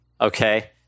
Okay